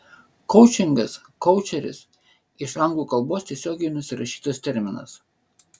koučingas koučeris iš anglų kalbos tiesiogiai nusirašytas terminas